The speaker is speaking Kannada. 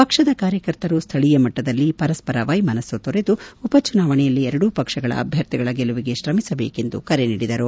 ಪಕ್ಷದ ಕಾರ್ಯಕರ್ತರು ಸ್ಥಳೀಯ ಮಟ್ಟದಲ್ಲಿ ಪರಸ್ಪರ ವೈಮನಸ್ಸು ತೊರೆದು ಉಪಚುನಾವಣೆಯಲ್ಲಿ ಎರಡೂ ಪಕ್ಷಗಳ ಅಭ್ಯರ್ಥಿಗಳ ಗೆಲುವಿಗೆ ಶ್ರಮಿಸಬೇಕು ಎಂದು ಕರೆ ನೀಡಿದರು